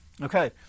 okay